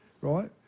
right